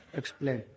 explain